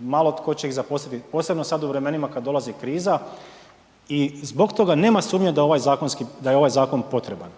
malo tko će ih zaposliti, posebno sad u vremenima kad dolazi kriza i zbog toga nema sumnje da je ovaj zakonski, da